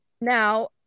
Now